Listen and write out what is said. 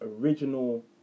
original